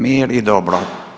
Mir i dobro.